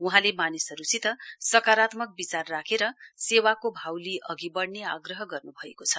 वहाँले मानिसहरुसित सकारात्मक निचार राखेर सेवाको भाव लिइ अघि बढ़ने आग्रह गर्नुभएको छ